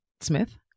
Smith